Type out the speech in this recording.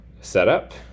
setup